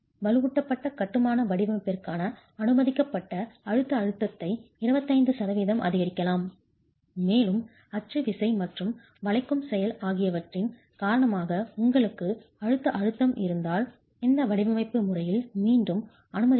வலுவூட்டப்படாத கட்டுமான வடிவமைப்பிற்கான அனுமதிக்கப்பட்ட அமுக்க அழுத்தத்தை 25 சதவிகிதம் அதிகரிக்கலாம் மேலும் அச்சு விசை மற்றும் வளைக்கும் செயல் ஆகியவற்றின் காரணமாக உங்களுக்கு அழுத்த அழுத்தம் இருந்தால் இந்த வடிவமைப்பு முறையில் மீண்டும் அனுமதிக்கப்படும்